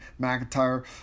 McIntyre